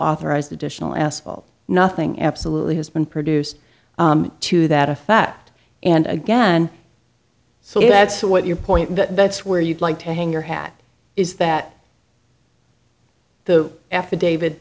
authorized additional asphalt nothing absolutely has been produced to that effect and again so if that's what your point but that's where you'd like to hang your hat is that the f a david